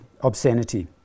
obscenity